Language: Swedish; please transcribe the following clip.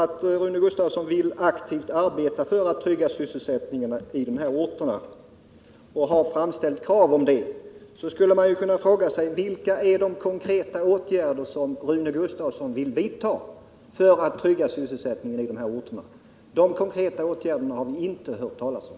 Om Rune Gustavsson vill aktivt arbeta för att trygga sysselsättningen i de här orterna och har framställt krav på det, skulle man kunna fråga: Vilka är de konkreta åtgärder som Rune Gustavsson vill vidta för att trygga sysselsättningen på de här orterna? De konkreta åtgärderna har vi inte hört talas om.